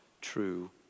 true